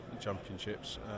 championships